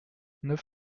neuf